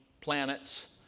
planets